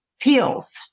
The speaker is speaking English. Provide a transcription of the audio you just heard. peels